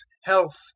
health